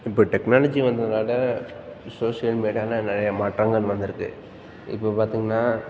இப்போ டெக்னாலஜி வந்ததுனால சோஷியல் மீடியாவில் நிறைய மாற்றங்கள் வந்திருக்கு இப்போ பார்த்தீங்கன்னா